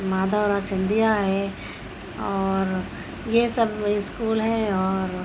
مادھوراؤ سندھیا ہے اور یہ سب اسکول ہیں اور